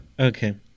Okay